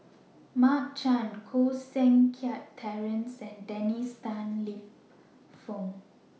Mark Chan Koh Seng Kiat Terence and Dennis Tan Lip Fong